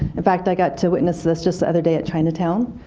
in fact, i got to witness this just the other day at chinatown.